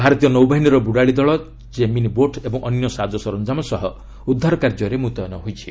ଭାରତୀୟ ନୌବାହିନୀର ବୁଡ଼ାଳୀ ଦଳ ଜେମିନି ବୋଟ୍ ଓ ଅନ୍ୟ ସାଜସରଞ୍ଜାମ ସହ ଉଦ୍ଧାର କାର୍ଯ୍ୟରେ ମୁତୟନ ହୋଇଛନ୍ତି